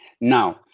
Now